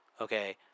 Okay